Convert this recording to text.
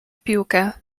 piłkę